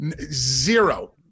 Zero